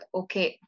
okay